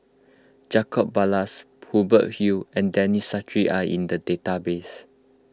Jacob Ballas Hubert Hill and Denis Santry are in the database